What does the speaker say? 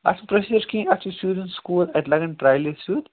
اَتھ چھِنہٕ پراسٮ۪جر کِہیٖنۍ اتھ چھُ سیٚود یُن سکوٗل اَتہِ لَگَن ٹرایلز سیٚود